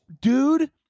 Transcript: dude